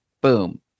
boom